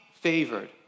favored